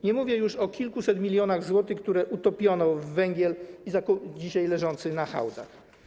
Nie mówię już o kilkuset milionach złotych, które utopiono w węglu dzisiaj leżącym na hałdach.